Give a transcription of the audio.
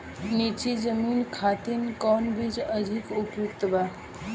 नीची जमीन खातिर कौन बीज अधिक उपयुक्त बा?